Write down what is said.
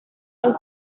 and